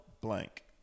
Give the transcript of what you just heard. blank